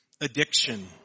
addiction